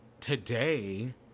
Today